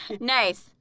Nice